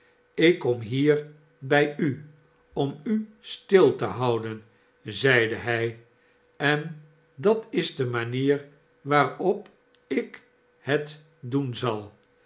ilk kom hier bij u om u stil te houden zeide hij sen dat is de manier waarop ik het doen zal